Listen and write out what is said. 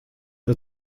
der